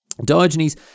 Diogenes